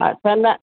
हा त न